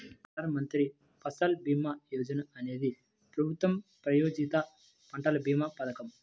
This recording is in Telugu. ప్రధాన్ మంత్రి ఫసల్ భీమా యోజన అనేది ప్రభుత్వ ప్రాయోజిత పంటల భీమా పథకం